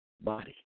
body